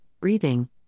breathing